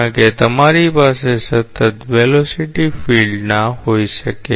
કારણ કે તમારી પાસે સતત વેલોસીટી ફિલ્ડ ના હોય શકે